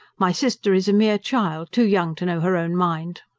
my sister is a mere child too young to know her own mind.